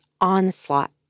onslaught